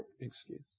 excuse